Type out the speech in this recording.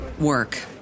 work